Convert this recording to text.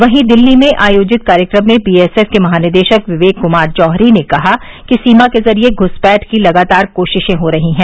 वहीं दिल्ली में आयोजित कार्यक्रम में बीएसएफ के महानिदेशक विवेक कुमार जौहरी ने कहा कि सीमा के जरिए घुसपैठ की लगातार कोशिशें हो रही हैं